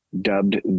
dubbed